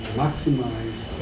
maximize